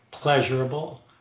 pleasurable